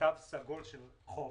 תו סגול של חוף,